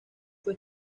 fue